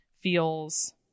feels